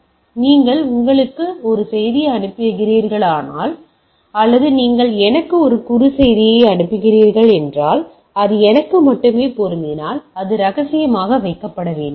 எனவே நீங்கள் உங்களுக்கு ஒரு செய்தியை அனுப்புகிறீர்களானால் அல்லது நீங்கள் எனக்கு ஒரு செய்தியை அனுப்புகிறீர்கள் என்றால் அது எனக்கு மட்டுமே பொருந்தினால் அது ரகசியமாக வைக்கப்பட வேண்டும்